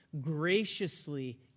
graciously